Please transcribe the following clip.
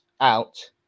out